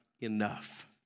enough